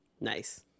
nice